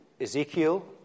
Ezekiel